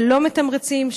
שלא מתמרצים,